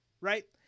right